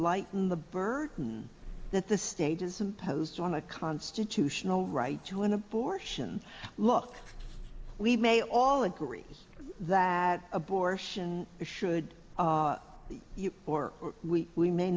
lighten the burden that the state is imposed on a constitutional right to an abortion look we may all agree that abortion should be or we we may